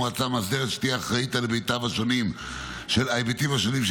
מועצה מאסדרת שתהיה אחראית על ההיבטים השונים של